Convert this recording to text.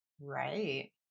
Right